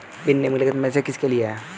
Pin निम्नलिखित में से किसके लिए है?